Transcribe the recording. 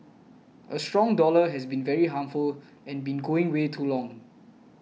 a strong dollar has been very harmful and been going way too long